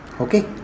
Okay